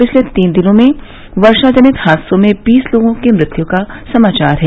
पिछले तीन दिनों में वर्षा जनित हादसों में बीस लोगों की मृत्य होने के समाचार है